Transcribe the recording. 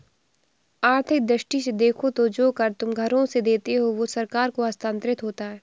आर्थिक दृष्टि से देखो तो जो कर तुम घरों से देते हो वो सरकार को हस्तांतरित होता है